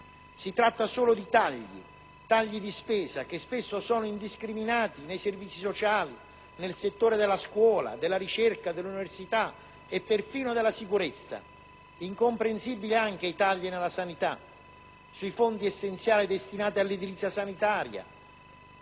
Si tratta solo di tagli di spesa, spesso indiscriminati, nei servizi sociali, nei settori della scuola, della ricerca, dell'università e perfino della sicurezza. Incomprensibili anche i tagli nella sanità sui fondi essenziali destinati all'edilizia sanitaria